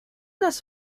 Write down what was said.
this